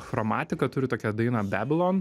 chromatika turi tokią dainą bebilon